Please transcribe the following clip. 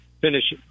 finish